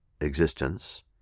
existence